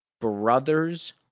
brother's